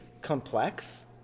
complex